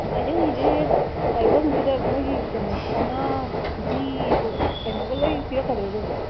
ꯑꯗꯨꯒꯤꯗꯤ ꯇꯥ ꯏꯕꯣꯝꯕꯤꯗ ꯃꯣꯏꯒꯤ ꯀꯩꯅꯣ ꯁꯥꯅꯥ ꯈꯨꯖꯤ ꯀꯩꯅꯣꯒ ꯂꯣꯏ ꯄꯤꯔꯛꯀꯗ꯭ꯔ ꯑꯗꯨꯕꯣ